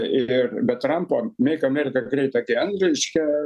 ir be trampo make america great again reiškia